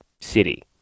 city